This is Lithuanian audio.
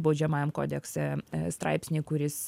baudžiamajam kodekse straipsnį kuris